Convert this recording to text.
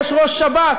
יש ראש שב"כ,